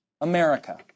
America